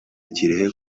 kirehe